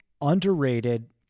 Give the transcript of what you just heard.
underrated